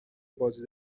بازی